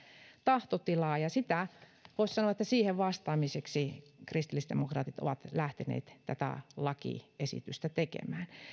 tahtotilaa ja voisi sanoa että siihen vastaamiseksi kristillisdemokraatit ovat lähteneet tätä lakiesitystä tekemään